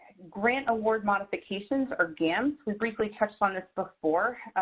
grant award modifications or gams, we briefly touched on this before.